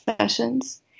sessions